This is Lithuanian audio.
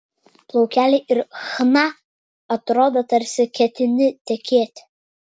plaukeliai ir chna atrodo tarsi ketini tekėti